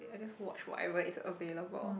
I just watch whatever is available